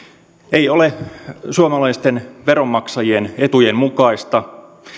ei ole suomalaisten veronmaksajien etujen mukaista